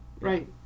right